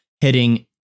hitting